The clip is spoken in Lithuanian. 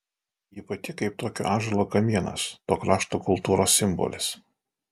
ji pati kaip tokio ąžuolo kamienas to krašto kultūros simbolis